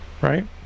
right